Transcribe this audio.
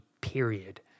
period